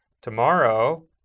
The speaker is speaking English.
tomorrow